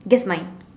guess mine